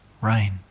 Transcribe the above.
rain